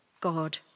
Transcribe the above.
God